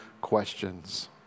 questions